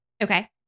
Okay